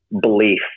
belief